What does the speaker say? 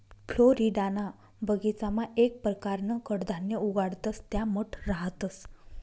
फ्लोरिडाना बगीचामा येक परकारनं कडधान्य उगाडतंस त्या मठ रहातंस